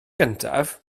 gyntaf